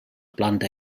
planta